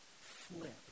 flip